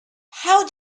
how